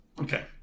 Okay